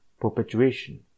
perpetuation